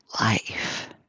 life